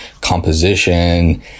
composition